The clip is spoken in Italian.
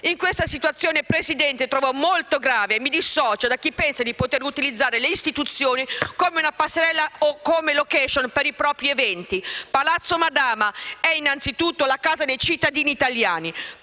In questa situazione, signor Presidente, che trovo molto grave mi dissocio da chi pensa di poter utilizzare le istituzioni come una passerella o come *location* per i propri eventi. Palazzo Madama è innanzitutto la casa dei cittadini italiani.